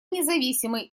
независимы